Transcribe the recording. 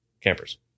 campers